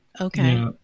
Okay